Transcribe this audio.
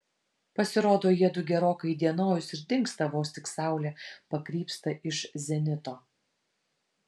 pasirodo jiedu gerokai įdienojus ir dingsta vos tik saulė pakrypsta iš zenito